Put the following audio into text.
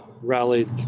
rallied